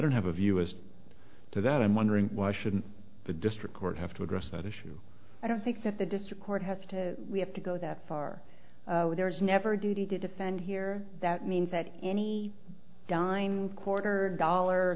don't have of us to that i'm wondering why shouldn't the district court have to address that issue i don't think that the district court has to we have to go that far with there's never a duty to defend here that means that any dining quarter dollar